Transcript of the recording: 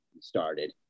started